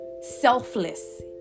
selfless